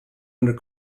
under